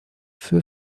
für